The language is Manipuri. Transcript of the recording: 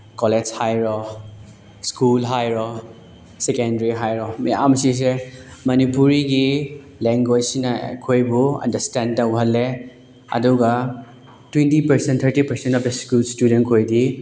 ꯀꯣꯂꯦꯖ ꯍꯥꯏꯔꯣ ꯁ꯭ꯀꯨꯜ ꯍꯥꯏꯔꯣ ꯁꯦꯀꯦꯟꯗ꯭ꯔꯤ ꯍꯥꯏꯔꯣ ꯃꯌꯥꯝ ꯁꯤꯁꯦ ꯃꯅꯤꯄꯨꯔꯤꯒꯤ ꯂꯦꯡꯒꯣꯏꯁꯅ ꯑꯩꯈꯣꯏꯕꯨ ꯑꯟꯗ꯭ꯔꯁꯇꯦꯟ ꯇꯧꯍꯜꯂꯦ ꯑꯗꯨꯒ twenty percent thirty ꯄꯥꯔꯁꯦꯟꯅ school student ꯈꯣꯏꯗꯤ